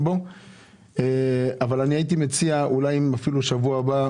אבל הייתי מציע אולי אפילו בשבוע הבא